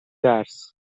درس